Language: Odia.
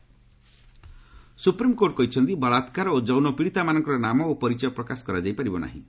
ଏସ୍ସି ଭିକ୍ଟିମ୍ ସୁପ୍ରିମକୋର୍ଟ କହିଛନ୍ତି ବଳାକ୍କାର ଓ ଯୌନ ପୀଡ଼ିତାମାନଙ୍କର ନାମ ଓ ପରିଚୟ ପ୍ରକାଶ କରାଯାଇ ପାରିବ ନାହିଁ